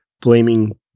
blaming